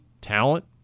talent